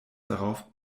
darauf